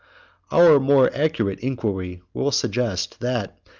our more accurate inquiry will suggest, that,